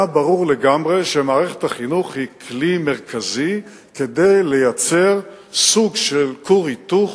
היה ברור לגמרי שמערכת החינוך היא כלי מרכזי כדי לייצר סוג של כור היתוך